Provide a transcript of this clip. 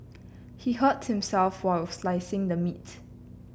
he hurt himself while slicing the meat